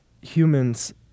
Humans